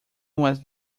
was